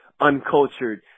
uncultured